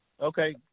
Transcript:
Okay